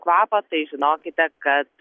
kvapą tai žinokite kad